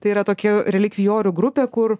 tai yra tokia relikvijorių grupė kur